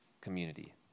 community